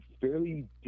fairly